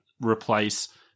replace